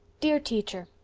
dear teacher,